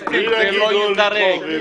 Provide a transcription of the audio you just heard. זה לא ייזרק.